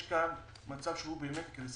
יש כאן מצב של קריסה.